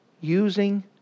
using